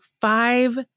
five